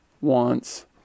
wants